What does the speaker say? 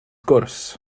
gwrs